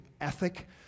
ethic